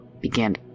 began